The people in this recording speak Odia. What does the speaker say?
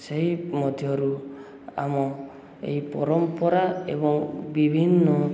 ସେହି ମଧ୍ୟରୁ ଆମ ଏଇ ପରମ୍ପରା ଏବଂ ବିଭିନ୍ନ